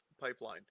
Pipeline